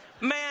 Man